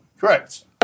Correct